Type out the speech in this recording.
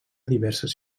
diverses